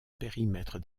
périmètre